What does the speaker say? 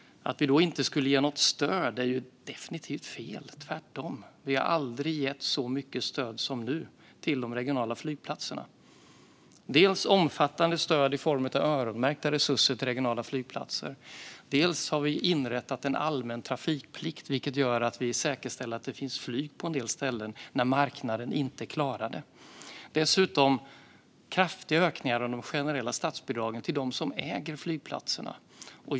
Att vi då inte skulle ge något stöd är definitivt fel. Tvärtom har vi aldrig gett så mycket stöd som nu till de regionala flygplatserna. Dels har vi gett omfattande stöd i form av öronmärkta resurser till regionala flygplatser. Dels har vi inrättat en allmän trafikplikt, vilket gör att vi säkerställer att det finns flyg på en del ställen när marknaden inte klarar det. Dessutom har vi gjort kraftiga ökningar av de generella statsbidragen till dem som äger flygplatserna.